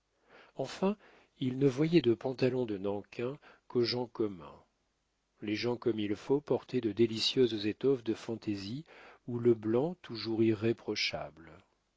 enfin il ne voyait de pantalon de nankin qu'aux gens communs les gens comme il faut portaient de délicieuses étoffes de fantaisie ou le blanc toujours irréprochable